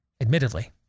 Admittedly